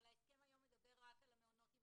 אבל ההסכם היום מדבר רק על המעונות עם